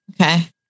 Okay